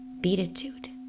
beatitude